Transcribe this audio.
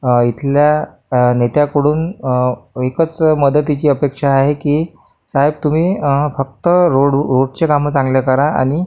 इथल्या नेत्याकडून एकच मदतीची अपेक्षा आहे की साहेब तुम्ही फक्त रोड रोडची कामे चांगले करा आणि